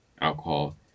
alcohol